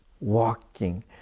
walking